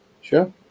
Sure